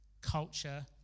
culture